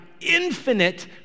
infinite